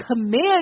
command